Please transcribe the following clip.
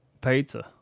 Pizza